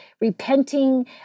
repenting